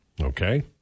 Okay